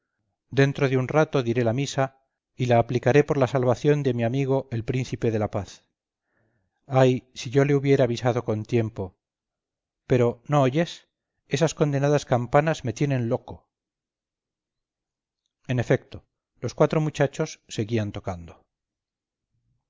dentro de un rato diré la misa y la aplicaré por la salvación de mi amigo el príncipe de la paz ay si yo le hubiera avisado con tiempo pero no oyes esas condenadas campanas me tienen loco en efecto los cuatro muchachos seguían tocando